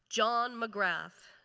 john mcgrath,